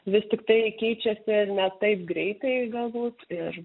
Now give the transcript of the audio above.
vis tiktai keičiasi ir ne taip greitai galbūt ir